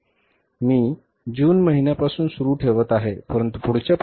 म्हणून मी जून महिन्यापासून सुरू ठेवत आहे परंतु पुढच्या पत्रकात